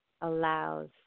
allows